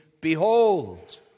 Behold